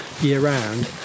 year-round